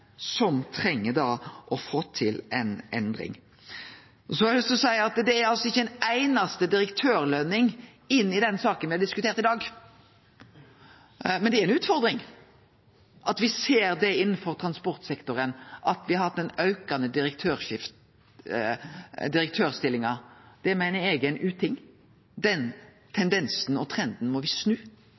som treng å få til ei endring. Så har eg lyst til å seie at det altså ikkje er ei einaste direktørlønning i den saka me har diskutert i dag. Men det er ei utfordring innanfor transportsektoren at me har hatt ein auke i direktørstillingar. Det meiner eg er ein uting. Den tendensen og trenden må me snu,